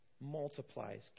multiplies